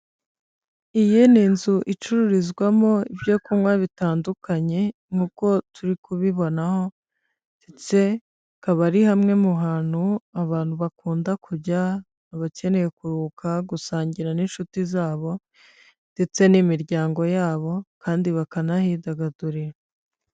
Iyi ni inzu icururizwamo ibyo kunywa bitandukanye nk'uko turi kubibonaho, ndetse akaba ari hamwe mu hantu abantu bakunda kujya abakeneye kuruhuka, gusangira n'inshuti zabo ndetse n'imiryango yabo, kandi bakanahidagadurira.